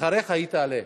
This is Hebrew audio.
אחריך היא תעלה,